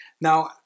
Now